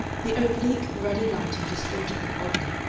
the oblique ruddy lighting distorted them oddly,